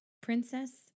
Princess